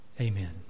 Amen